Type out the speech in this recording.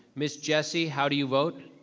ms. jessie, how do you vote?